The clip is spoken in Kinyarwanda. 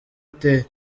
ateye